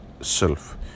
self